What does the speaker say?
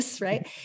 Right